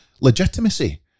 legitimacy